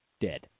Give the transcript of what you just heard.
Dead